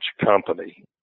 company